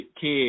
kids